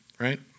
right